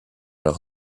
leur